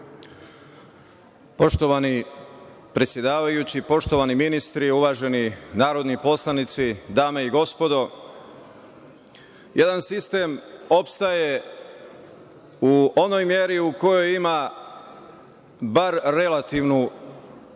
Poštovani predsedavajući, poštovani ministri, uvaženi narodni poslanici, dame i gospodo, jedan sistem opstaje u onoj meri u kojoj ima bar relativnu